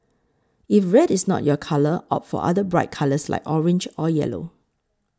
if red is not your colour opt for other bright colours like orange or yellow